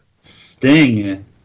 Sting